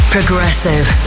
Progressive